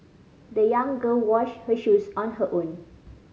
the young girl washed her shoes on her own